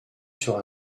sur